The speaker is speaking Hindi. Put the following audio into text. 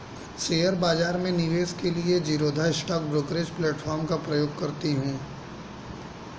शेयर बाजार में निवेश के लिए मैं ज़ीरोधा स्टॉक ब्रोकरेज प्लेटफार्म का प्रयोग करती हूँ